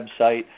website